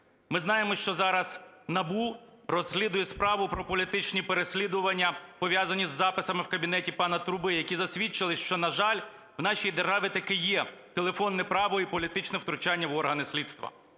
Ми знаємо, що зараз НАБУ розслідує справу про політичні переслідування, пов'язані з записами в кабінеті пана Труби, які засвідчили, що, на жаль, в нашій державі таки є телефонне право і політичне втручання в органи слідства.